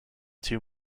two